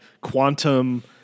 quantum